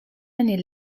année